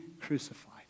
crucified